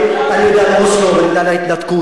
אני יודע על אוסלו ואני יודע על ההתנתקות,